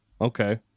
Okay